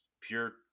pure